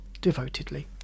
devotedly